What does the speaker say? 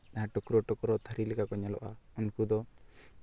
ᱴᱩᱠᱨᱳ ᱴᱩᱠᱨᱳ ᱛᱷᱟᱹᱨᱤ ᱞᱮᱠᱟ ᱠᱚ ᱧᱮᱞᱚᱜᱼᱟ ᱩᱱᱠᱩ ᱫᱚ